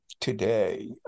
today